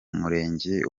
murenge